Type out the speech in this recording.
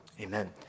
Amen